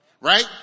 Right